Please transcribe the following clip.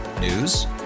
News